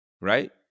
right